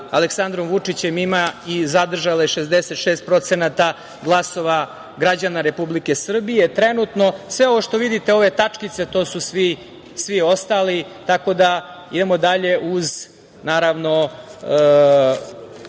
Aleksandrom Vučićem ima i zadržala je 66% glasova građana Republike Srbije trenutno. Sve ovo što vidite, ove tačkice, to su svi ostali, tako da, idemo dalje uz, naravno,